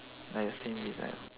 like the same is that